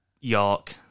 York